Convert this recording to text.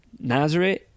Nazareth